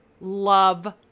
love